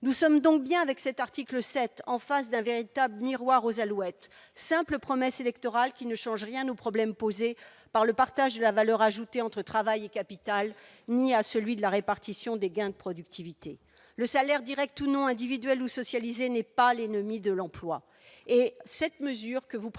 nous sommes donc bien avec cet article 7 en face d'un véritable miroir aux Alouettes simples promesses électorales qui ne change rien au problème posé par le partage de la valeur ajoutée entre travail et capital, ni à celui de la répartition des gains de productivité, le salaire Direct ou non individuel ou socialisée n'est pas les ne nommer de l'emploi